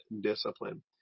discipline